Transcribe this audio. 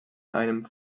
einem